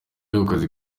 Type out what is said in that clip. akazi